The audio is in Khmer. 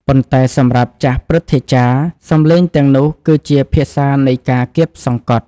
ប៉ុន្តែសម្រាប់ចាស់ព្រឹទ្ធាចារ្យ សម្លេងទាំងនោះគឺជា ភាសានៃការគាបសង្កត់ ។